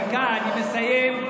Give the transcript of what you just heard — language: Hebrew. דקה, אני מסיים.